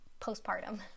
postpartum